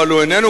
אבל הוא איננו,